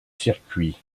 circuits